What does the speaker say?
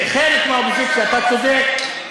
חלק מהאופוזיציה, אתה צודק,